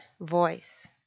voice